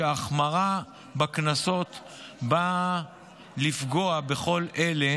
שהחמרה בקנסות באה לפגוע בכל אלה